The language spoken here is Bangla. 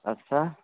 আচ্ছা